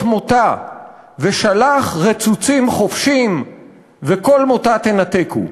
מוֹטָה ושלח רצוצים חָפְשִׁים וכל מוטה תנתקו.